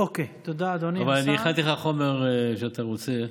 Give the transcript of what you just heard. אבל אני הכנתי לך חומר שאתה רוצה.